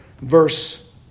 verse